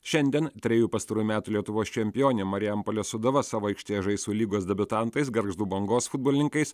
šiandien trejų pastarųjų metų lietuvos čempionė marijampolės sūduva savo aikštėje žais su lygos debiutantais gargždų bangos futbolininkais